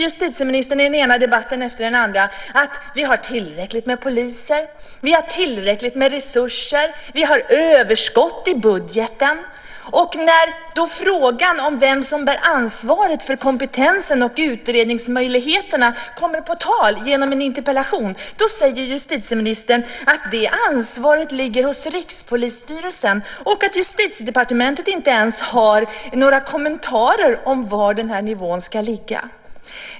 Justitieministern säger i den ena debatten efter den andra att vi har tillräckligt med poliser, tillräckligt med resurser och överskott i budgeten. När frågan om vem som bär ansvaret för kompetensen och utredningsmöjligheterna kommer på tal genom en interpellation säger justitieministern att det ansvaret ligger hos Rikspolisstyrelsen och att Justitiedepartementet inte ens har några kommentarer om var nivån ska ligga.